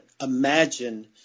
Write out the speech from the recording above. imagine